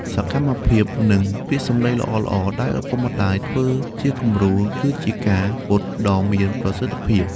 សកម្មភាព និងពាក្យសម្ដីល្អៗដែលឪពុកម្ដាយធ្វើជាគំរូ គឺជាការ «ពត់» ដ៏មានប្រសិទ្ធភាព។